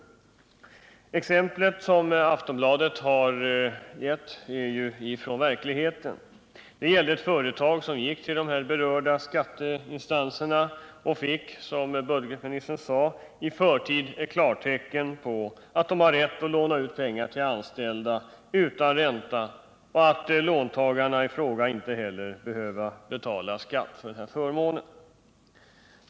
Det exempel Aftonbladet återgivit är hämtat från verkligheten. Det gäller ett företag som gick till de berörda skatteinstanserna och i förväg också fick, som budgetministern sade, ett klartecken på att de hade rätt att låna ut pengar till anställda utan ränta och att låntagarna i fråga inte heller behövde betala skatt för denna förmån.